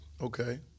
Okay